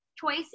Choice